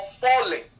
falling